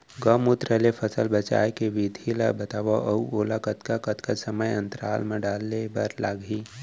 गौमूत्र ले फसल बचाए के विधि ला बतावव अऊ ओला कतका कतका समय अंतराल मा डाले बर लागही?